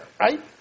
right